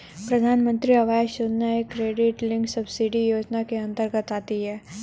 प्रधानमंत्री आवास योजना एक क्रेडिट लिंक्ड सब्सिडी योजना के अंतर्गत आती है